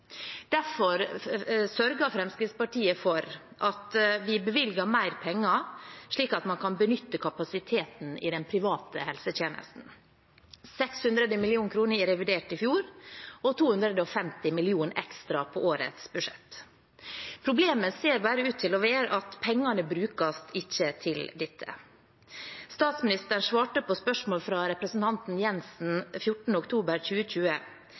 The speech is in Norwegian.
Derfor sørget Fremskrittspartiet for at vi bevilget mer penger, slik at man kan benytte kapasiteten i den private helsetjenesten: 600 mill. kr i revidert i fjor og 250 mill. kr ekstra på årets budsjett. Problemet ser bare ut til å være at pengene brukes ikke til dette. Statsministeren svarte på spørsmål fra representanten Siv Jensen 14. oktober 2020: